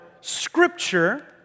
scripture